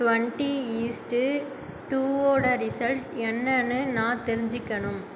twenty east டூவோடய result என்னன்னு நான் தெரிஞ்சிக்கணும்